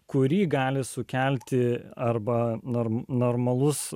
kurį gali sukelti arba nors normalus